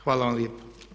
Hvala vam lijepa.